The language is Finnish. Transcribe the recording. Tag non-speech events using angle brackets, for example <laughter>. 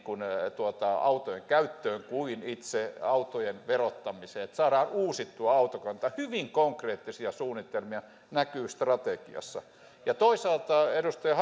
autojen käytön kuin itse autojen verottamiseen että saadaan uusittua autokanta hyvin konkreettisia suunnitelmia näkyy strategiassa ja toisaalta edustaja <unintelligible>